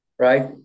Right